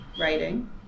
writing